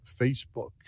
Facebook